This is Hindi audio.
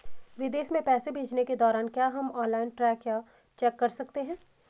विदेश में पैसे भेजने के दौरान क्या हम ऑनलाइन ट्रैक या चेक कर सकते हैं?